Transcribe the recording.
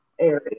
area